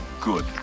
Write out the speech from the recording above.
good